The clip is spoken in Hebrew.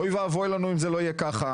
אוי ואבוי לנו אם זה לא יהיה ככה.